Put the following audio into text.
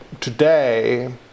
today